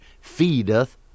feedeth